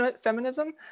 feminism